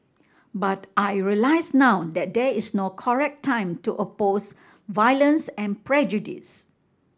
but I realise now that there is no correct time to oppose violence and prejudice